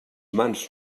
mans